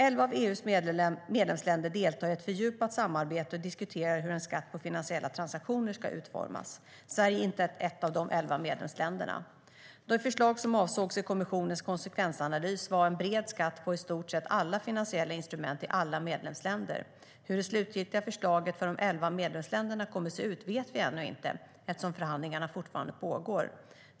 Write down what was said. Elva av EU:s medlemsländer deltar i ett fördjupat samarbete och diskuterar hur en skatt på finansiella transaktioner ska utformas. Sverige är inte ett av de elva medlemsländerna. Det förslag som avsågs i kommissionens konsekvensanalys var en bred skatt på i stort sett alla finansiella instrument i alla medlemsländer. Hur det slutgiltiga förslaget från de elva medlemsländerna kommer att se ut vet vi ännu inte eftersom förhandlingarna fortfarande pågår.